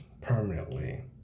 permanently